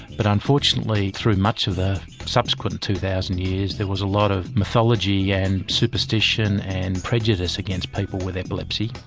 but unfortunately through much of the subsequent two thousand years there was a lot of mythology and superstition and prejudice against people with epilepsy.